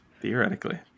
Theoretically